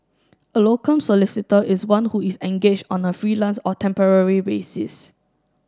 a locum solicitor is one who is engaged on a freelance or temporary basis